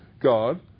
God